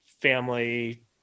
family